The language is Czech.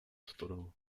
stodol